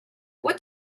what